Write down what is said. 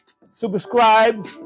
subscribe